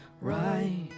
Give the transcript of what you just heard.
right